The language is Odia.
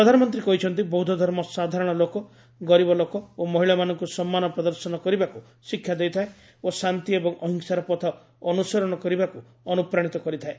ପ୍ରଧାନମନ୍ତ୍ରୀ କହିଛନ୍ତି ବୌଦ୍ଧଧର୍ମ ସାଧାରଣ ଲୋକ ଗରିବ ଲୋକ ଓ ମହିଳାମାନଙ୍କୁ ସମ୍ମାନ ପ୍ରଦର୍ଶନ କରିବାକୁ ଶିକ୍ଷା ଦେଇଥାଏ ଓ ଶାନ୍ତି ଏବଂ ଅହିଂସାର ପଥ ଅନୁସରଣ କରିବାକୁ ଅନୁପ୍ରାଶିତ କରିଥାଏ